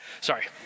sorry